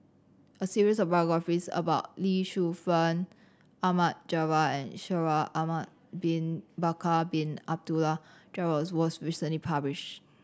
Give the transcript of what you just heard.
a series of biographies about Lee Shu Fen Ahmad Jaafar and Shaikh Ahmad Bin Bakar Bin Abdullah Jabbar was recently publish